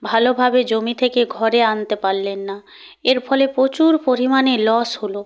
ভালোভাবে জমি থেকে ঘরে আনতে পারলেন না এর ফলে প্রচুর পরিমাণে লস হলো